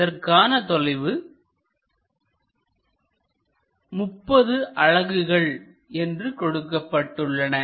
அதற்கான தொலைவு 30 அலகுகள் என்று கொடுக்கப்பட்டுள்ளன